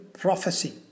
prophecy